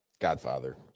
Godfather